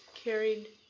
carried